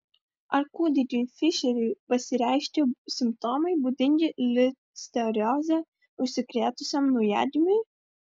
ar kūdikiui fišeriui pasireiškė simptomai būdingi listerioze užsikrėtusiam naujagimiui